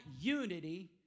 unity